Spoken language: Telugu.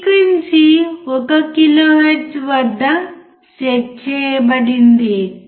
ఫ్రీక్వెన్సీ ఒక కిలోహెర్ట్జ్ వద్ద సెట్ చేయబడింది